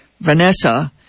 Vanessa